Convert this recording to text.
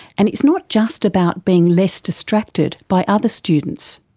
and it's not just about being less distracted by other students.